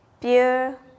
pure